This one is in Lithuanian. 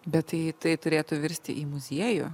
bet tai tai turėtų virsti į muziejų